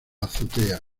azotea